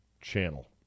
channel